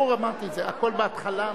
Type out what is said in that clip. אנחנו מסכימים.